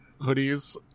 hoodies